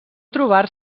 trobar